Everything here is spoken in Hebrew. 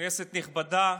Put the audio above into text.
כנסת נכבדה,